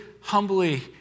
humbly